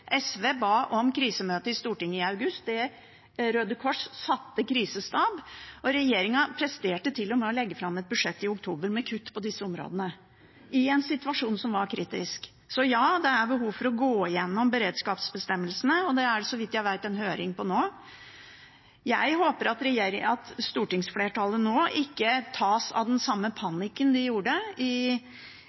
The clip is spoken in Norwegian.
SV ba om krisemøte i Stortinget i august, Røde Kors satte krisestab, mens regjeringen presterte til og med å legge fram et budsjett i oktober med kutt på disse områdene – i en situasjon som var kritisk. Så ja, det er behov for å gå gjennom beredskapsbestemmelsene, og det er det så vidt jeg vet en høring om nå. Jeg håper stortingsflertallet nå ikke tas av den samme panikken som i 2015, da de